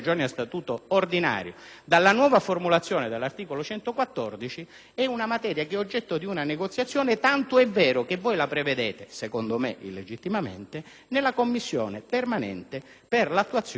dalla nuova formulazione dell'articolo 114, è oggetto di negoziazione, tant'è vero che voi la prevedete, secondo me illegittimamente, nella Commissione tecnica paritetica per l'attuazione del federalismo fiscale,